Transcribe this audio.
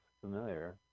familiar